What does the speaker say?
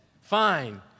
fine